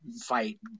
fight